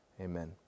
Amen